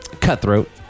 Cutthroat